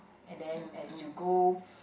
and then as you grow